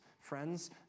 Friends